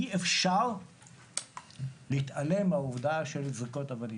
אי-אפשר להתעלם מהעובדה שהיו זריקות אבנים.